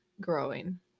growing